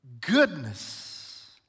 goodness